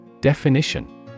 Definition